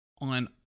on